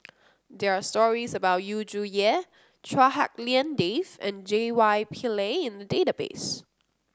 there are stories about Yu Zhuye Chua Hak Lien Dave and J Y Pillay in the database